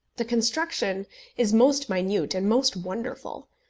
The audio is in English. the construction is most minute and most wonderful.